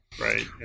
right